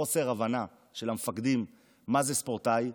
חוסר ההבנה של המפקדים מה זה ספורטאי,